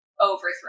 overthrow